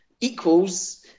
equals